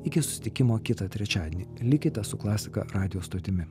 iki susitikimo kitą trečiadienį likite su klasika radijo stotimi